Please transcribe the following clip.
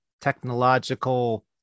technological